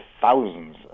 thousands